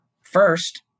First